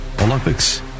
Olympics